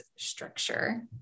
Structure